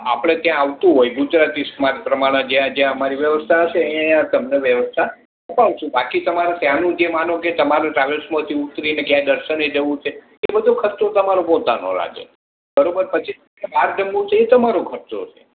આપણે ત્યાં આવતું હોય ગુજરાતી સમાજ પ્રમાણે જ્યાં જ્યાં અમારી વ્યવસ્થા હશે ત્યાં ત્યાં તમને વ્યવસ્થા અપાવીશું બાકી તમારા ત્યાંનું જે માનો કે તમારે ટ્રાવેલ્સમાંથી ઉતારીને ક્યાંય દર્શને જવું છે તો એ બધો ખર્ચો તમારો પોતાનો લાગે બરાબર પછી બહાર જમવું છે એ તમારો ખર્ચો છે